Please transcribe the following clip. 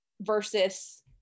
versus